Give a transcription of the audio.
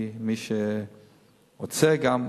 מי שרוצה גם,